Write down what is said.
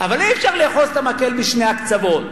אי-אפשר לאחוז את המקל בשני הקצוות.